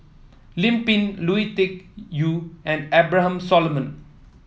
Lim Pin Lui Tuck Yew and Abraham Solomon